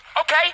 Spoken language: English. okay